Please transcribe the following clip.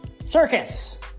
circus